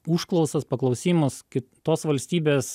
užklausas paklausimus kitos valstybės